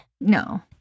no